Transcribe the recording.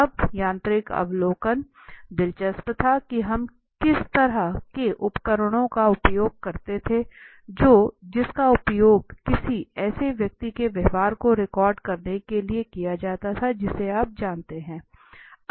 अब यांत्रिक अवलोकन दिलचस्प था कि हम किस तरह के उपकरणों का उपयोग करते थे जो जिसका उपयोग किसी ऐसे व्यक्ति के व्यवहार को रिकॉर्ड करने के लिए किया जाता है जिसे आप जानते हैं